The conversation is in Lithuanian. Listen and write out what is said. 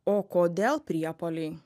o kodėl priepuoliai